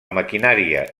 maquinària